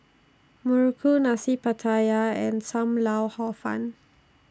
Muruku Nasi Pattaya and SAM Lau Hor Fun